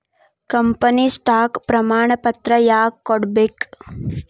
company stock ಪ್ರಮಾಣಪತ್ರ ಯಾಕ ಕೊಡ್ಬೇಕ್